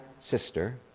sister